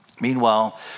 meanwhile